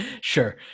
Sure